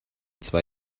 zwei